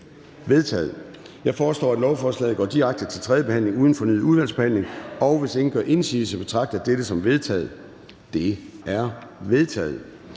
vedtaget. Jeg foreslår, at lovforslaget går direkte til tredje behandling uden fornyet udvalgsbehandling. Hvis ingen gør indsigelse, betragter jeg dette som vedtaget. Det er vedtaget.